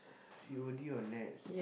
C_O_D or Nets